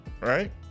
right